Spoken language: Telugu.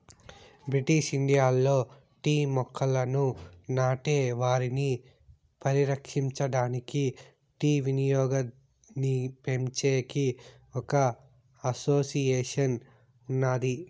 బ్రిటిష్ ఇండియాలో టీ మొక్కలను నాటే వారిని పరిరక్షించడానికి, టీ వినియోగాన్నిపెంచేకి ఒక అసోసియేషన్ ఉన్నాది